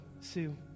Sue